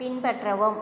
பின்பற்றவும்